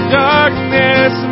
darkness